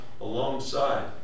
alongside